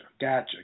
gotcha